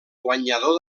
guanyador